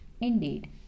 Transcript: indeed